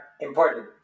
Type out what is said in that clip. important